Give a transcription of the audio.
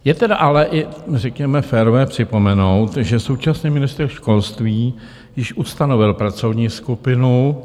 Je tedy ale i řekněme férové připomenout, že současný ministr školství již ustanovil pracovní skupinu.